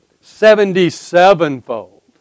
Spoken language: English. seventy-sevenfold